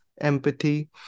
empathy